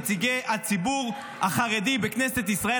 נציגי הציבור החרדי בכנסת ישראל,